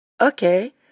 Okay